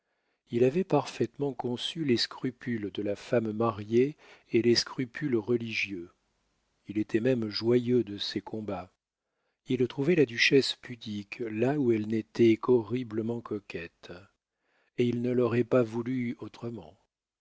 il avait parfaitement conçu les scrupules de la femme mariée et les scrupules religieux il était même joyeux de ces combats il trouvait la duchesse pudique là où elle n'était qu'horriblement coquette et il ne l'aurait pas voulue autrement